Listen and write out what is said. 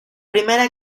primera